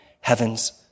heaven's